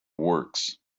works